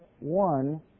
one